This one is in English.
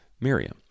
Miriam